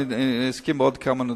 אולי אזכיר עוד כמה נקודות.